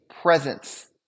presence